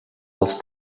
els